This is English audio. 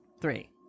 Three